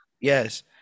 Yes